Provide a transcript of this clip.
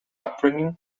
upbringing